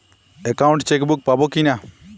Account chequebook পাবো কি না?